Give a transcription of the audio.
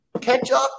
Ketchup